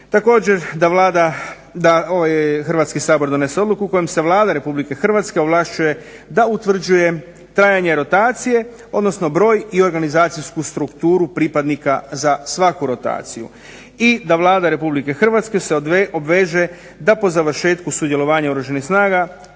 Također, da ovaj Hrvatski sabor donese odluku kojom se Vlada Republike Hrvatske ovlašćuje da utvrđuje trajanje rotacije odnosno broj i organizacijsku strukturu pripadnika za svaku rotaciju i da Vlada Republike Hrvatske se obveže da po završetku sudjelovanja Oružanih snaga